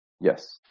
Yes